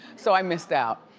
so i missed out.